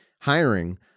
hiring